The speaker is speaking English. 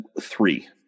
three